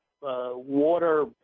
Water